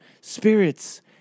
spirits